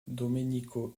domenico